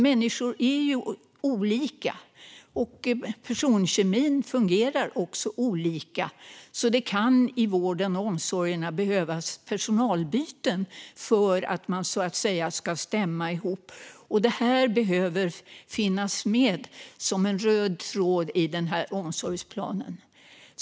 Människor är ju olika, och personkemin fungerar också olika, så det kan behövas personalbyten i vården och omsorgen för att personkemin ska stämma. Det här behöver finnas med som en röd tråd i omsorgsplanen.